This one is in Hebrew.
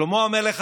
שלמה המלך,